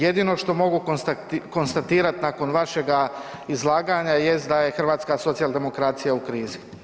Jedino što mogu konstatirati nakon vašeg izlaganja jest da je hrvatska socijaldemokracija u krizi.